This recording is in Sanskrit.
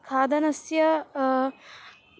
खदनस्य